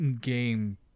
game